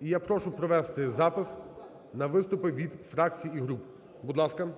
І я прошу провести запис на виступи від фракцій і груп, будь ласка.